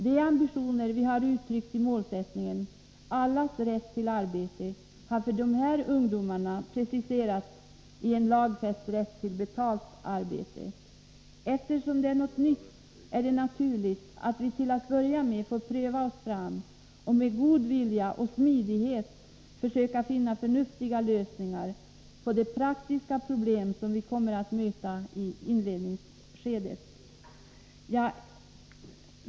De ambitioner vi har uttryckt i målsättningen ”allas rätt till arbete” har för de här ungdomarna preciserats i en lagfäst rätt till betalt arbete. Eftersom detta är något nytt är det naturligt att vi till att börja med får pröva oss fram och med god vilja och smidighet försöka finna förnuftiga lösningar på de praktiska problem som vi kommer att möta i inledningsskedet.